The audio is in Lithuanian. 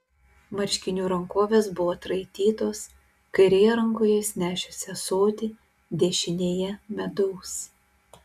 marškinių rankovės buvo atraitytos kairėje rankoje jis nešėsi ąsotį dešinėje medaus